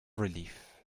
relief